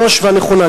היא לא השוואה נכונה,